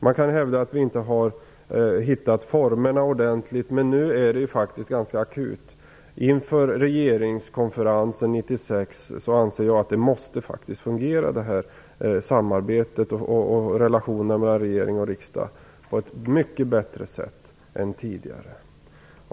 Man kan hävda att vi inte har hittat formerna ordentligt, men nu är det faktiskt ganska akut. Inför regeringskonferensen 1996 anser jag att samarbetet och relationerna mellan regering och riksdag måste fungera mycket bättre än tidigare.